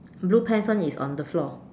blue pants one is on the floor